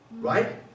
right